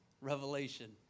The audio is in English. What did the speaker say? revelation